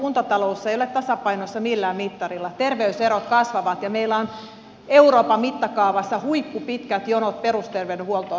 kuntatalous ei ole tasapainossa millään mittarilla terveyserot kasvavat ja meillä on euroopan mittakaavassa huippupitkät jonot perusterveydenhuoltoon